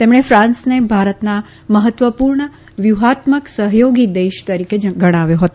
તેમણે ફાન્સને ભારતના મહત્વપૂર્ણ વ્યૂહાત્મક સહયોગી દેશ તરીકે ગણાવ્યો હતો